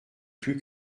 plus